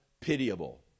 pitiable